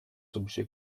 objets